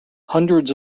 hundreds